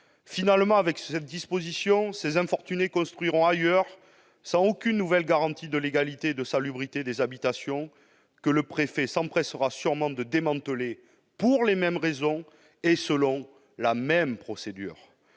Finalement, avec l'article 57, ces infortunés construiront ailleurs, sans aucune garantie supplémentaire de légalité et de salubrité, des habitations que le préfet s'empressera sûrement de démanteler, pour les mêmes raisons et selon la même procédure.